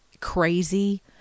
crazy